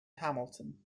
hamilton